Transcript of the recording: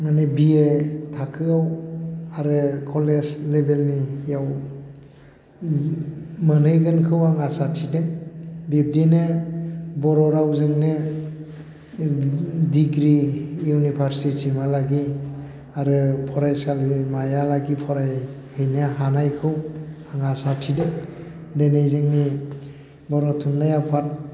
माने B A थाखोआव आरो कलेज लेभेलनियाव मोनहैगोनखौ आं आसा थिदों बिबदिनो बर' रावजोंनो डिग्रि इउनिभार्सिटिसिम हालागि आरो फरायसालिमायालागि फरायहैनो हानायखौ आं आसा थिदों दिनै जोंनि बर' थुनलाइ आफाद